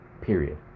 period